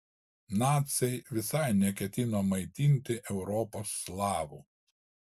naciai visai neketino maitinti europos slavų